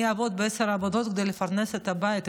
אני אעבוד בעשר עבודות כדי לפרנס את הבית.